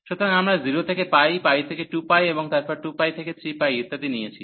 সুতরাং আমরা 0 থেকে π π থেকে 2π এবং তারপরে 2π থেকে 3π ইত্যাদি নিয়েছি